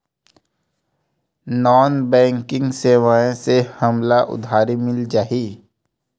Non banking सेवाएं से हमला उधारी मिल जाहि?